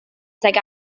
tuag